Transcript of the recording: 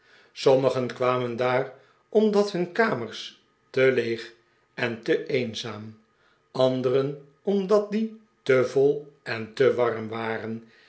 sommigen kwamen daar omdat hun kamers te leeg en te eenzaam anderen om dat die te vol en te warm waren